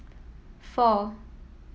four